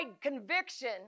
conviction